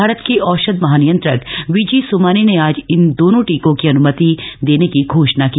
भारत के औषध महानियंत्रक वी जी सोमानी ने आज इन दोनों टीकों को अनुमति देने की घोषणा की